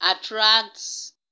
attracts